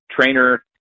trainer